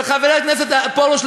וחבר הכנסת פרוש,